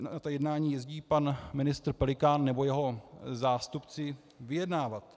Na ta jednání jezdí pan ministr Pelikán nebo jeho zástupci vyjednávat.